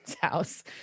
house